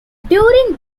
during